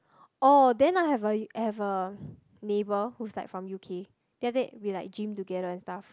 oh then I have a I have a neighbour who's like from U_K then that we like gym together and stuff